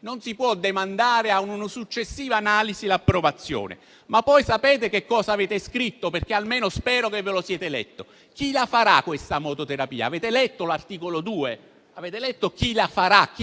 Non si può demandare a una successiva analisi l'approvazione. Ma voi sapete che cosa avete scritto? Almeno spero che ve lo siate letto. Chi la farà la mototerapia? Avete letto l'articolo 2? Avete letto chi